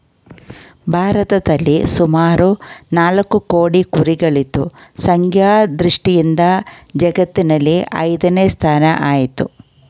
ಭಾರತದಲ್ಲಿ ಸುಮಾರು ನಾಲ್ಕು ಕೋಟಿ ಕುರಿಗಳಿದ್ದು ಸಂಖ್ಯಾ ದೃಷ್ಟಿಯಿಂದ ಜಗತ್ತಿನಲ್ಲಿ ಐದನೇ ಸ್ಥಾನ ಆಯ್ತೆ